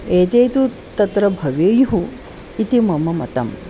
एते तु तत्र भवेयुः इति मम मतम्